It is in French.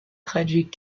traduit